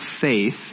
faith